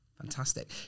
Fantastic